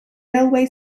railway